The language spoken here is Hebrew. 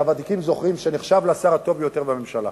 שהוותיקים זוכרים, שנחשב לשר הטוב ביותר בממשלה,